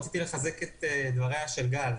רציתי לחזק את דבריה של גל.